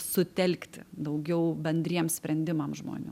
sutelkti daugiau bendriems sprendimam žmonių